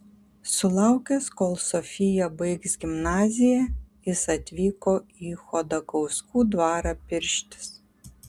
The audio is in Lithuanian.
sulaukęs kol sofija baigs gimnaziją jis atvyko į chodakauskų dvarą pirštis